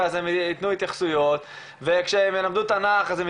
אז הם יתנו התייחסויות וכשהם ילמדו תנ"ך אז הם